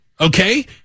Okay